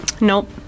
Nope